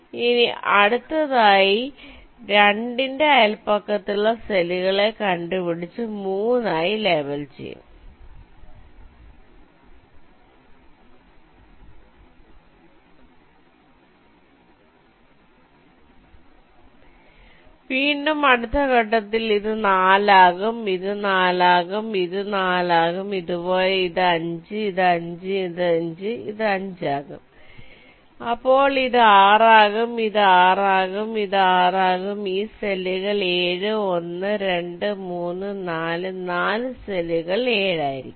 ഇനി അടുത്തതായി 2ന്റെ അയൽപക്കത്തുള്ള സെല്ലുകളെ കണ്ടുപിടിച്ചു 3ആയി ലേബൽ ചെയ്യും വീണ്ടും അടുത്ത ഘട്ടത്തിൽ ഇത് 4 ആകും ഇത് 4 ആകും ഇത് 4 ആകും ഇത് പോലെ 5 ഇത് 5 ഇത് 5 ഇത് 5 ഇത് 5 ആകും അപ്പോൾ ഇത് 6 ആകും 6 ഇത് 6 ആകും ഇത് 6 ആകും ഈ 4 സെല്ലുകൾ 7 1 2 3 4 4 സെല്ലുകൾ 7 ആയിരിക്കും